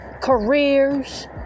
careers